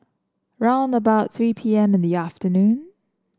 round about three P M in the afternoon